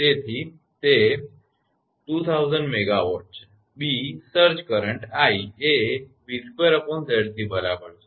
તેથી તે 2000 MW છે અને સર્જ કરંટ i એ 𝑉2𝑍𝑐 બરાબર છે